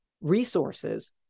resources